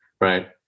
right